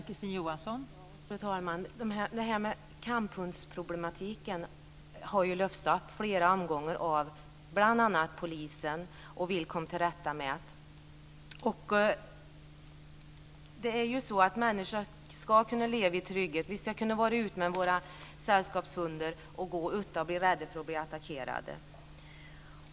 Fru talman! Kamphundsproblematiken har ju lyfts upp flera gånger av bl.a. polisen, som vill komma till rätta med den. Människor ska kunna leva i trygghet. Vi ska kunna gå ut med våra sällskapshundar utan att vara rädda för att bli attackerade.